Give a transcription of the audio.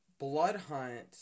Bloodhunt